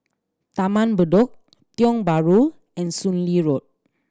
Taman Bedok Tiong Bahru and Soon Lee Road